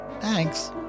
Thanks